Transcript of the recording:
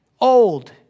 Old